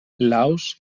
laos